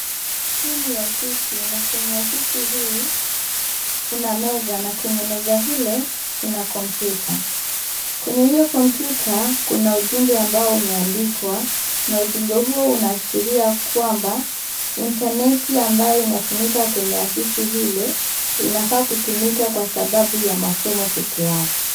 Hii ni ofisi, na kwenye ofisi hii kuna meza, na kwenye meza ile kuna kompyuta, kwenye hiyo kompyuta kuna ujumbe ambao umeandikwa, na ujumbe huo unaashiria kwamba intaneti ambao inatumika kwenye ofisi ile inafaa kutumika kwa sababu ya masomo pekee yake.